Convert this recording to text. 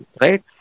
right